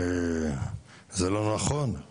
זה לא נכון גם